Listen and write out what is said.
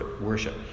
worship